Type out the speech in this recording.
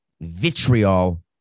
vitriol